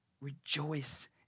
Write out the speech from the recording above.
Rejoice